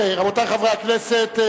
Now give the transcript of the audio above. רבותי חברי הכנסת,